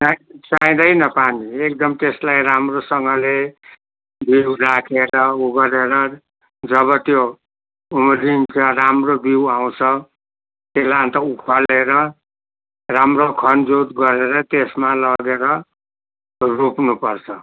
चा चाहिँदैन पानी एकदम त्यसलाई राम्रोसँगले बिउ राखेर उ गरेर जब त्यो उम्रिन्छ राम्रो बिउ आउँछ त्यसलाई अन्त उखालेर राम्रो खनजेत गरेर त्यसमा लगेर रोप्नुपर्छ